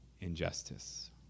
injustice